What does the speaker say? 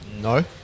No